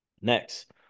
Next